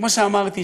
כמו שאמרתי,